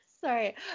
Sorry